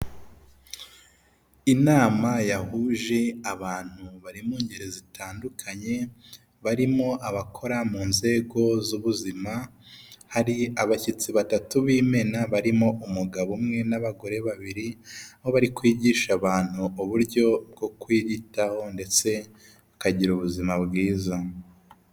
Inama yahuje abantu bari mu ngeri zitandukanye, barimo abakora mu nzego z'ubuzima, hari abashyitsi batatu b'imena barimo umugabo umwe n'abagore babiri, aho bari kwigisha abantu uburyo bwo kwiyitaho ndetse bakagira ubuzima bwiza.